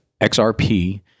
XRP